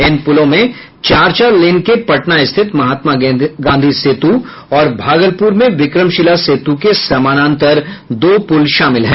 इन पुलों में चार चार लेन के पटना स्थित महात्मा गांधी सेतु और भागलपुर में विक्रमशिलाा सेतु के समानांतर दो पुल शामिल हैं